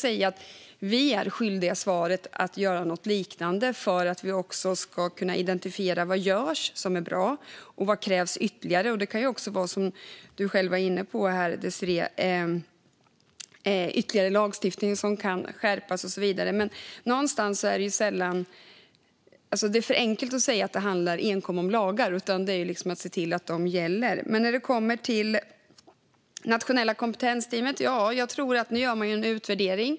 Jag menar att vi är skyldiga att göra något liknande för att kunna identifiera vad av det som görs som är bra och vad mer som krävs. Det kan, som du själv var inne på, handla om ytterligare lagstiftning som kan skärpas och så vidare. Det är för enkelt att säga att det handlar enkom om lagar. Där handlar det om att se till att de gäller. I fråga om Nationella kompetensteamet gör man nu en utvärdering.